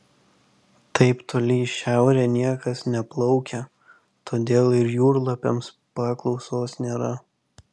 taip toli į šiaurę niekas neplaukia todėl ir jūrlapiams paklausos nėra